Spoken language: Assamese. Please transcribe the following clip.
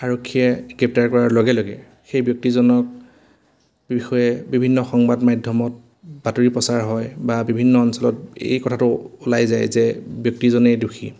আৰক্ষীয়ে গ্ৰেপ্তাৰ কৰাৰ লগে লগে সেই ব্যক্তিজনক বিষয়ে বিভিন্ন সংবাদ মাধ্যমত বাতৰি প্ৰচাৰ হয় বা বিভিন্ন অঞ্চলত এই কথাটো ওলাই যায় যে ব্যক্তিজনেই দোষী